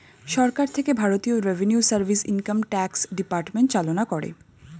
সরকার থেকে ভারতীয় revenue service, income tax department চালনা করে